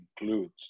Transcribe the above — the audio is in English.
includes